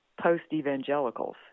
post-evangelicals